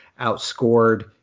outscored